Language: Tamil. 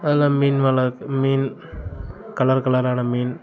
அதில் மீன் வளர்ப்பு மீன் கலர் கலரான மீன்